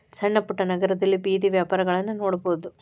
ಸಣ್ಣಪುಟ್ಟ ನಗರದಲ್ಲಿ ಬೇದಿಯ ವ್ಯಾಪಾರಗಳನ್ನಾ ನೋಡಬಹುದು